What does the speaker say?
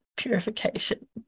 Purification